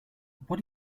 what